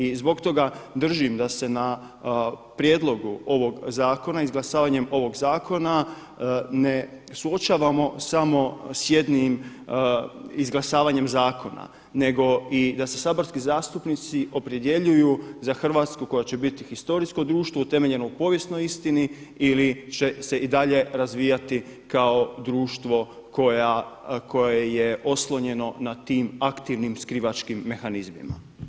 I zbog toga držim da se na prijedlogu ovog zakona, izglasavanjem ovoga zakona ne suočavamo samo sa jednim izglasavanjem zakona nego i da se saborski zastupnici opredjeljuju za Hrvatsku koja će biti historijsko društvo utemeljeno u povijesnoj istini ili će se i dalje razvijati kao društvo koje je oslonjeno nad tim aktivnim skrivačkim mehanizmima.